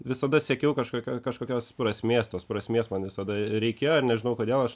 visada siekiau kažkokio kažkokios prasmės tos prasmės man visada reikėjo nežinau kodėl aš